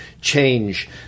change